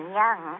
young